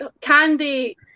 candy